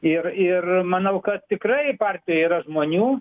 ir ir manau kad tikrai partijoj yra žmonių